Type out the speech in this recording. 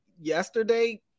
yesterday